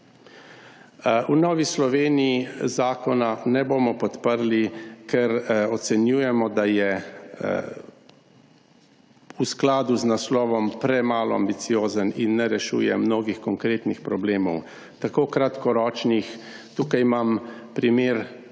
V Novi Sloveniji zakona ne bomo podprli, ker ocenjujemo, da je v skladu z naslovom premalo ambiciozen in ne rešuje mnogih konkretnih problemov. Tukaj imam primer